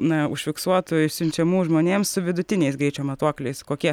na užfiksuotų išsiunčiamų žmonėms su vidutiniais greičio matuokliais kokie